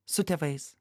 su tėvais